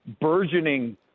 burgeoning